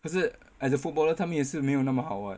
可是 as a footballer 他们也是没有那么好 [what]